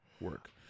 work